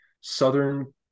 Southern